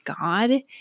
God